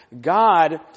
God